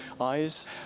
eyes